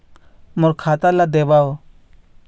मोर खाता ला देवाव?